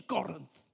Corinth